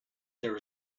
there